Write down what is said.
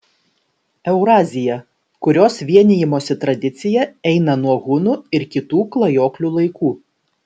eurazija kurios vienijimosi tradicija eina nuo hunų ir kitų klajoklių laikų